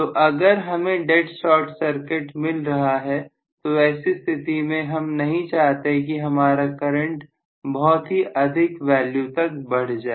तो अगर हमें डेड शार्ट सर्किट मिल रहा है तो ऐसी स्थिति में भी हम नहीं चाहते कि हमारा करंट बहुत ही अधिक वैल्यू तक बढ़ जाए